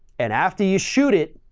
and after you shoot it,